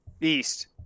East